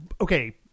okay